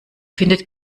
findet